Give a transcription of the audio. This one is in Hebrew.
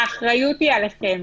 האחריות היא עליכם